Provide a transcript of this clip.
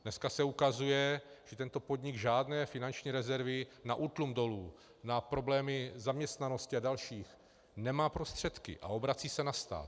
Dneska se ukazuje, že tento podnik žádné finanční rezervy na útlum dolu, na problémy zaměstnanosti a další nemá prostředky a obrací se na stát.